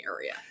area